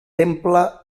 temple